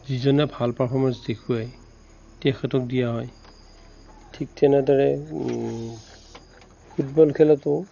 যিজনে ভাল পাৰ্ফৰমেঞ্চ দেখুৱাই তেখেতক দিয়া হয় ঠিক তেনেদৰে ফুটবল খেলতো